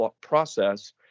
process